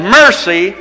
mercy